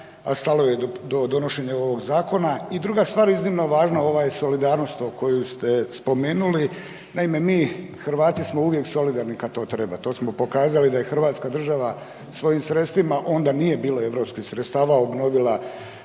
a stalo joj je do donošenja ovoga zakona. I druga stvar iznimno važna ova je solidarnost koju ste spomenuli. Naime, mi Hrvati smo uvijek solidarni kad to treba. To smo pokazali da je Hrvatska država svojim sredstvima, onda nije bilo europskih sredstava obnovila